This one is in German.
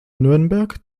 nürnberg